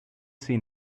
seen